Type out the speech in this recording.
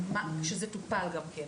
זה טופל גם כן,